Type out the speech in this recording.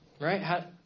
right